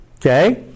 Okay